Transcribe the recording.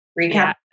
Recap